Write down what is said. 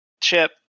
Chip